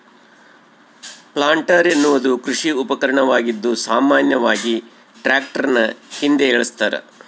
planter ಎನ್ನುವುದು ಕೃಷಿ ಉಪಕರಣವಾಗಿದ್ದು ಸಾಮಾನ್ಯವಾಗಿ ಟ್ರಾಕ್ಟರ್ನ ಹಿಂದೆ ಏಳಸ್ತರ